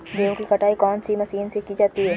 गेहूँ की कटाई कौनसी मशीन से की जाती है?